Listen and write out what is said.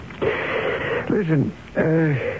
Listen